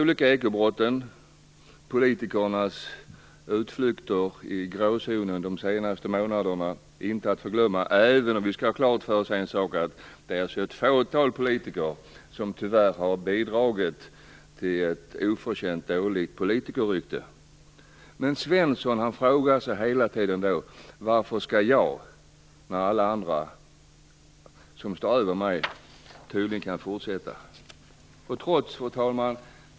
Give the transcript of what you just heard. De här ekobrotten liksom politikernas utflykter i gråzonen de senaste månaderna - även om vi skall ha klart för oss att det är ett fåtal politiker som tyvärr har bidragit till ett oförtjänt dåligt politikerrykte - gör att Svensson hela tiden frågar sig: Varför skall jag avstå, när alla andra som står över mig tydligen kan fortsätta? Fru talman!